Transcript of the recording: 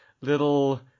little